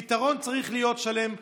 פתרון צריך להיות שלם.